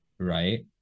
Right